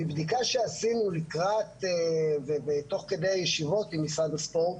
מבדיקה שעשינו לקראת ותוך כדי הישיבות עם משרד הספורט,